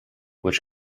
which